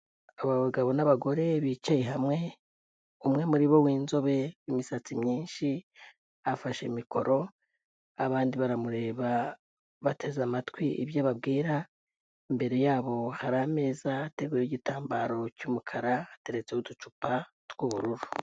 Aba bagabo n'abagore bicaye hamwe, umwe muri bo w'inzobe imisatsi myinshi, afashe mikoro, abandi baramureba bateze amatwi ibyo ababwira, imbere yabo hari ameza ateguyeho igitambaro cy'umukara, ateretseho uducupa tw'ubururu.